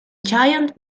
giant